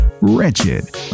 Wretched